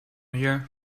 here